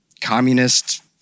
communist